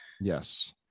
Yes